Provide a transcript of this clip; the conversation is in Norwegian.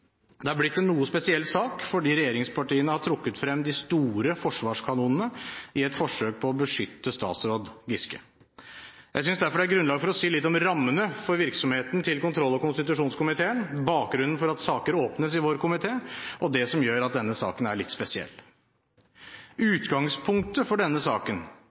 Det har blitt en noe spesiell sak, fordi regjeringspartiene har trukket frem de store forsvarskanonene i et forsøk på å beskytte statsråd Giske. Jeg synes derfor det er grunnlag for å si litt om rammene for virksomheten til kontroll- og konstitusjonskomiteen, bakgrunnen for at saker åpnes i vår komité, og det som gjør at denne saken er litt spesiell. Utgangspunktet for denne saken